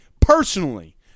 personally